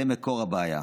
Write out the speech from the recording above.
זה מקור הבעיה.